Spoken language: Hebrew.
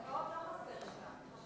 קרקעות לא חסר שם.